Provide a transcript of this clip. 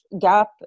gap